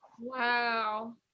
Wow